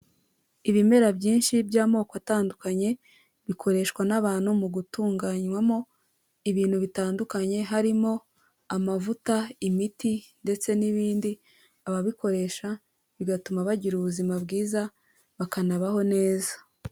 Ibimera byinshi by'amoko atandukanye bikoreshwa n'abantu mu gutunganywamo ibintu bitandukanye harimo amavuta, imiti ndetse n'ibindi, ababikoresha bigatuma bagira ubuzima bwiza bakanabaho neza.